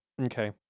Okay